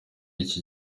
iki